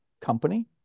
company